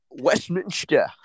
Westminster